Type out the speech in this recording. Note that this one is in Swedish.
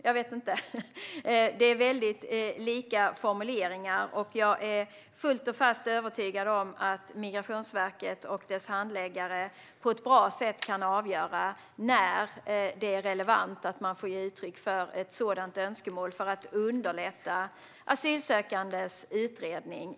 Formuleringarna är väldigt lika, och jag är fullt och fast övertygad om att Migrationsverket och dess handläggare på ett bra sätt kan avgöra när det är relevant att man får ge uttryck för ett sådant önskemål för att underlätta asylsökandes utredning.